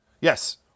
Yes